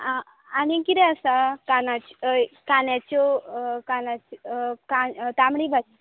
आनी कितें आसा काना कांद्याच्यो काना तांबडी भाजी